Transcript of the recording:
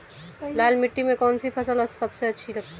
लाल मिट्टी में कौन सी फसल सबसे अच्छी उगती है?